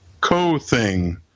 co-thing